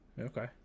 Okay